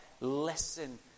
Listen